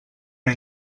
una